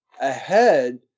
ahead